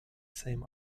same